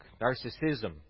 Narcissism